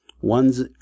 One's